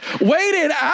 waited